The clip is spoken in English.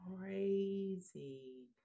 crazy